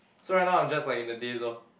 so right now I'm just like in the daze orh